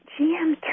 GM